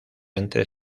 entre